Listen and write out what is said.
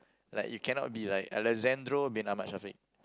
like you cannot be like Alessandro Bin Ahmad Shafiq